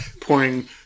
pouring